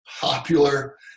popular –